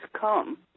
come